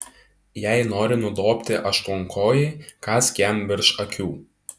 jei nori nudobti aštuonkojį kąsk jam virš akių